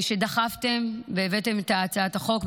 שדחפתם והבאתם את הצעת החוק,